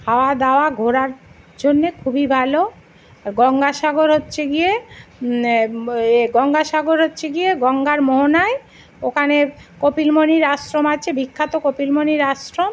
খাওয়া দাওয়া ঘোরার জন্য খুবই ভালো গঙ্গাসাগর হচ্ছে গিয়ে ইয়ে গঙ্গাসাগর হচ্ছে গিয়ে গঙ্গার মোহনায় ওখানে কপিল মুনির আশ্রম আছে বিখ্যাত কপিল মুনির আশ্রম